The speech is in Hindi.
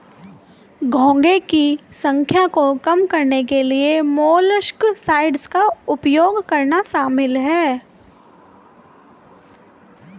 घोंघे की संख्या को कम करने के लिए मोलस्कसाइड्स का उपयोग करना शामिल है